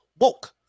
woke